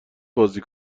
بازی